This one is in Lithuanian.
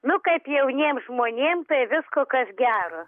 nu kaip jauniem žmonėm tai visko kas gero